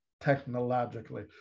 technologically